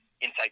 inside